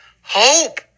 hope